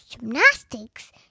gymnastics